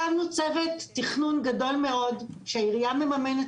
הקמנו צוות תכנון גדול מאוד שהעירייה מממנת